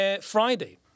Friday